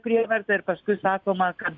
prievarta ir paskui sakoma kad